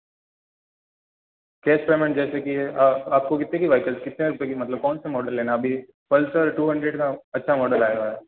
cash payment जैसे कि आप आपको कितने की वेहिकल्स कितने रुपये की मतलब कौनसा मॉडल लेना है अभी पलसर टू हन्डर्ड का अच्छा मॉडल आया हुआ है